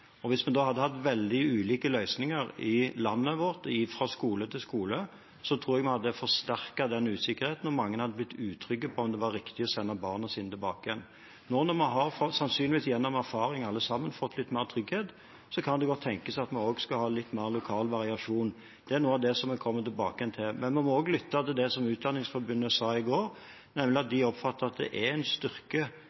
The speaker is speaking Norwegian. og foreldrene. Hvis vi da hadde hatt veldig ulike løsninger fra skole til skole i landet vårt, tror jeg vi hadde forsterket den usikkerheten, og mange hadde blitt utrygge på om det var riktig å sende barna sine tilbake. Når vi nå alle sammen gjennom erfaring sannsynligvis har fått litt mer trygghet, kan det godt tenkes at vi også skal ha litt mer lokal variasjon. Det er noe av det vi kommer tilbake til. Men vi må også lytte til det som Utdanningsforbundet sa i går, nemlig at